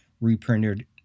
reprinted